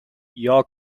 your